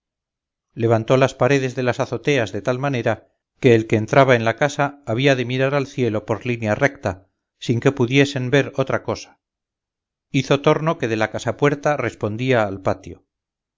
levantó las paredes de las azoteas de tal manera que el que entraba en la casa había de mirar al cielo por línea recta sin que pudiesen ver otra cosa hizo torno que de la casapuerta respondía al patio